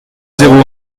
zéro